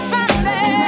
Sunday